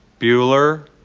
bueller.